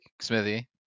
Smithy